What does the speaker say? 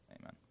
Amen